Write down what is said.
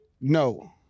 No